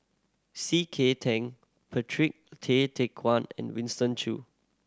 C K Tang Patrick Tay Teck Guan and Winston Choo